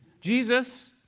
Jesus